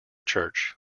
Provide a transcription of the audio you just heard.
church